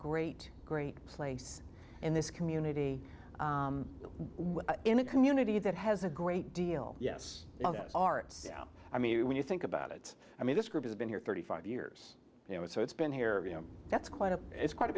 great great place in this community in a community that has a great deal yes arts i mean when you think about it i mean this group has been here thirty five years you know so it's been here you know that's quite a it's quite a